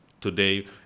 today